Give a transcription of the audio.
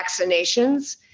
vaccinations